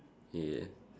yeah